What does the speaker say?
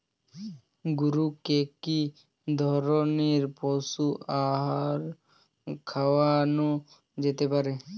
গরু কে কি ধরনের পশু আহার খাওয়ানো যেতে পারে?